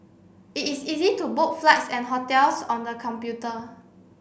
it is easy to book flights and hotels on the computer